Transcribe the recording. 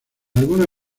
algunos